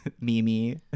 Mimi